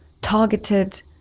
targeted